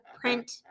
print